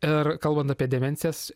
ir kalbant apie demencijas